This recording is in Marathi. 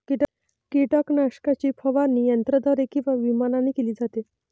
कीटकनाशकाची फवारणी यंत्राद्वारे किंवा विमानाने केली जाते